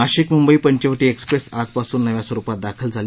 Nashik Mumbai Panchavati express आजपासून नव्या स्वरूपात दाखल झाली